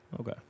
Okay